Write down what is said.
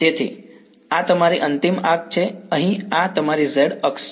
તેથી આ તમારી અંતિમ આગ છે અહીં આ તમારી z અક્ષ છે